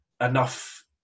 enough